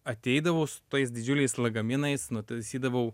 ateidavau su tais didžiuliais lagaminais nutaisydavau